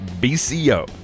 B-C-O